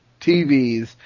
TVs